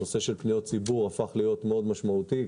הנושא של פניות ציבור הפך להיות משמעותי מאוד.